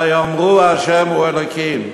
ויאמרו ה' הוא האלוקים.